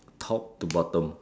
top to bottom